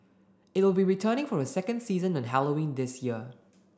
it will be returning for a second season on Halloween this year